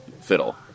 fiddle